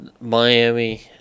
Miami